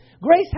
Grace